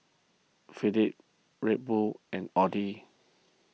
Philips Red Bull and Audi